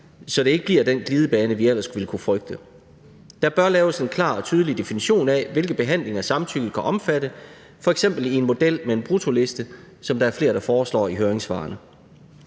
så det ikke giver den glidebane, vi ellers kunne frygte. Der bør laves en klar og tydelig definition af, hvilke behandlinger samtykket kan omfatte – f.eks. i en model med en bruttoliste, som der er flere, der foreslår i høringssvarene.